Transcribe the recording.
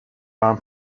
arm